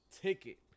ticket